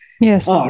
Yes